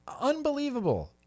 Unbelievable